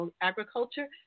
agriculture